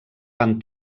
van